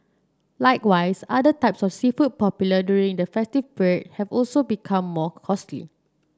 likewise other types of seafood popular during the festive period have also become more costly